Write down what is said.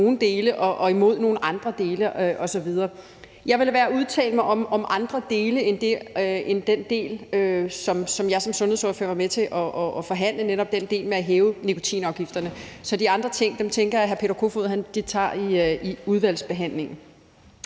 og imod nogle andre dele osv. Jeg vil lade være med at udtale mig om andre dele end den del, som jeg som sundhedsordfører var med til at forhandle, netop den del med at hæve nikotinafgifterne. De andre ting tænker jeg hr. Peter Kofod tager i udvalgsbehandlingen.